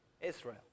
Israel